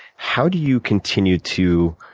how do you continue to